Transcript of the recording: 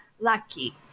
Lucky